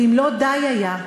ואם לא די היה,